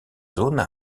zones